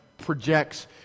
projects